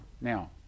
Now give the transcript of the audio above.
Now